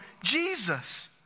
Jesus